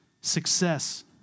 success